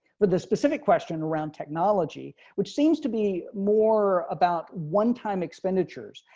for the specific question around technology, which seems to be more about one time expenditures,